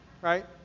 right